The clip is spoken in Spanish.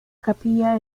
capilla